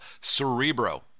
cerebro